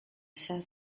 south